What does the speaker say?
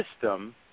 system